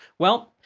well,